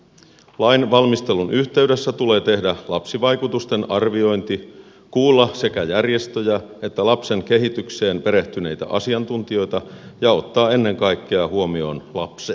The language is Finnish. lain valmistelun yhteydessä tulee tehdä lapsivaikutusten arviointi kuulla sekä järjestöjä että lapsen kehitykseen perehtyneitä asiantuntijoita ja ottaa ennen kaikkea huomioon lapsen etu